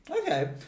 Okay